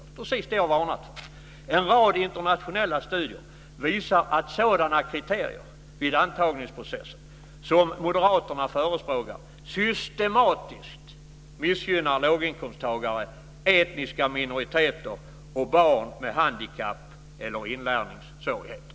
Det är precis det som jag har varnat för. En rad internationella studier visar att sådana kriterier vid antagningsprocessen som moderaterna förespråkar systematiskt missgynnar låginkomsttagare, etniska minoriteter och barn med handikapp eller inlärningssvårigheter.